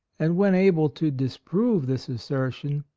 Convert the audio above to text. and when able to disprove this as sertion,